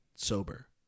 sober